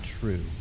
true